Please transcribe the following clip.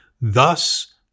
Thus